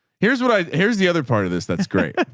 here's what i here's the other part of this. that's great.